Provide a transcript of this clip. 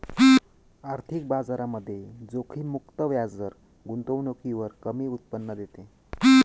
आर्थिक बाजारामध्ये जोखीम मुक्त व्याजदर गुंतवणुकीवर कमी उत्पन्न देते